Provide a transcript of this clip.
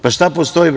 Pa, šta postoji?